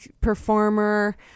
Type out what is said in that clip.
performer